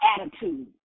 attitude